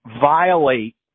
violate